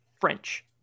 French